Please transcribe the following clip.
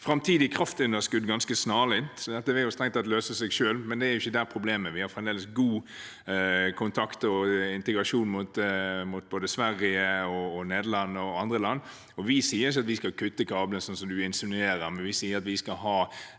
et kraftunderskudd ganske snarlig, så dette vil strengt tatt løse seg selv. Det er likevel ikke der problemet er. Vi har fremdeles god kontakt og integrasjon med både Sverige, Nederland og andre land. Vi sier ikke at vi skal kutte kablene, slik du insinuerer, men vi sier at vi skal ha